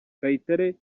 kayitare